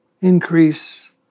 increase